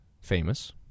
famous